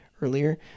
earlier